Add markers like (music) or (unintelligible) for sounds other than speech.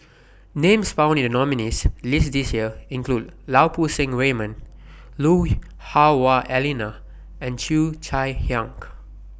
Names found in The nominees' list This Year include Lau Poo Seng Raymond Lui Hah Wah Elena and Cheo Chai Hiang (unintelligible)